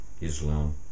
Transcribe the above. Islam